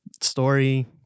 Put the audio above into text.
story